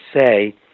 say